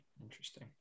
Interesting